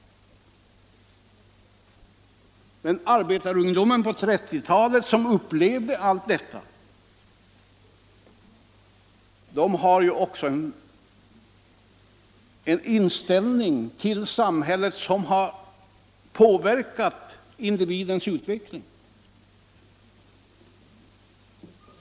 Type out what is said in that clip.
Men arbetarungdomen på 1930-talet, som upplevde allt detta, hade också en inställning till samhället som har påverkat individens utveckling.